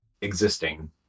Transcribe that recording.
existing